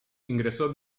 ingresó